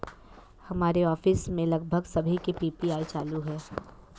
हमारे ऑफिस में लगभग सभी के पी.पी.आई चालू है